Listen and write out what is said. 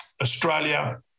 Australia